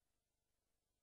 אני מבקש ממך, אדוני